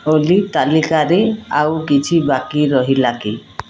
ଓଲ୍ଲୀ ତାଲିକାରେ ଆଉ କିଛି ବାକି ରହିଲା କି